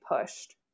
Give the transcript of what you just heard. pushed